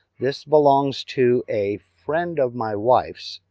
this belongs to a friend of my wife. so